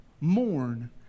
Mourn